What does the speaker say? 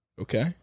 Okay